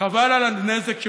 וחבל על הנזק,